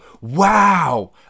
wow